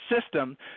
system